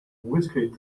whiskey